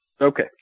okay